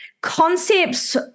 concepts